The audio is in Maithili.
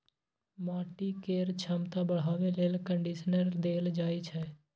माटि केर छमता बढ़ाबे लेल कंडीशनर देल जाइ छै